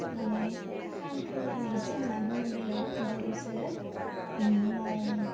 माने खानथुमनानै सोमना दोनो दैयाव ओमफ्रायसो बिनि उनाव